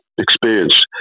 experience